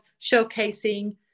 showcasing